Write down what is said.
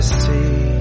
see